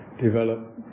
develop